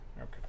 Okay